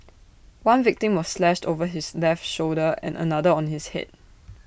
one victim was slashed over his left shoulder and another on his Head